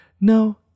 No